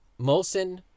Molson